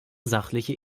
sachliche